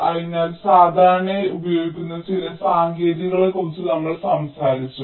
അതിനാൽ സാധാരണയായി ഉപയോഗിക്കുന്ന ചില സാങ്കേതികതകളെക്കുറിച്ച് നമ്മൾ സംസാരിച്ചു